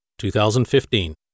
2015